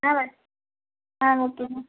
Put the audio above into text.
ஆ வ ஆ okay ma'am